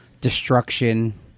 destruction